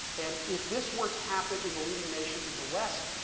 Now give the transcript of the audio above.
and if this were to happen in the leading nation in the west,